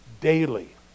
daily